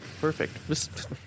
Perfect